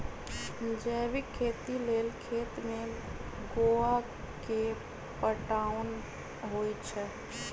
जैविक खेती लेल खेत में गोआ के पटाओंन होई छै